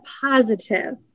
positive